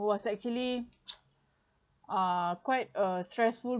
was actually uh quite a stressful